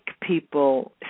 people